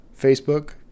Facebook